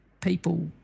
people